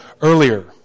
earlier